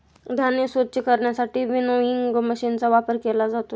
धान्य स्वच्छ करण्यासाठी विनोइंग मशीनचा वापर केला जातो